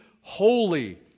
holy